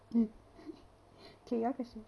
K your question